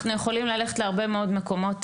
אנחנו יכולים ללכת אחורה להרבה מאוד מקומות.